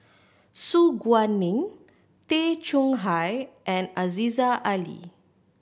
Su Guaning Tay Chong Hai and Aziza Ali